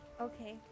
Okay